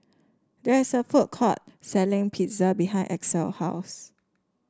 there is a food court selling Pizza behind Axel house